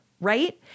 right